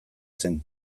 zen